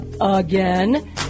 again